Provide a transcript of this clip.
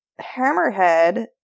Hammerhead